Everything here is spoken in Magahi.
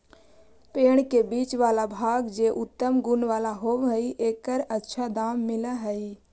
पेड़ के बीच वाला भाग जे उत्तम गुण वाला होवऽ हई, एकर अच्छा दाम मिलऽ हई